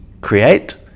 create